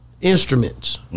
instruments